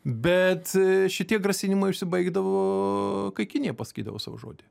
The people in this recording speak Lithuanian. bet šitie grasinimai užsibaigdavo kai kinija pasakydavo savo žodį